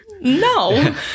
no